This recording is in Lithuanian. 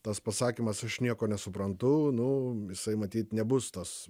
tas pasakymas aš nieko nesuprantu nu jisai matyt nebus tas